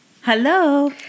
Hello